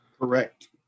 Correct